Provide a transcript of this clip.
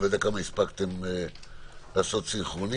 אני לא יודע כמה הספקתם לעשות סנכרונים,